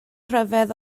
ryfedd